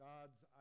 God's